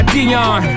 Dion